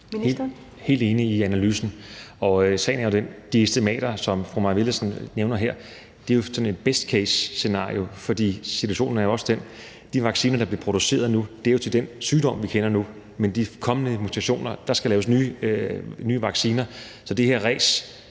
helt enig i analysen, og sagen er den, at de estimater, som fru maj Villadsen nævner her, er et best case-scenarie, for situationen er jo også den, at de vacciner, der bliver produceret nu, er til den sygdom, som vi kender nu, men til de kommende mutationer skal der laves nye vacciner. Så det her ræs,